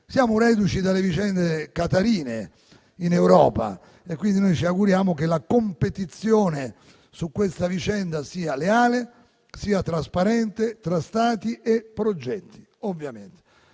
Siamo reduci dalle vicende qatarine in Europa. Ci auguriamo che la competizione su questa vicenda sia leale e trasparente tra Stati e progetti, perché